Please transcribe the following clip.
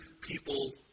people